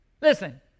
Listen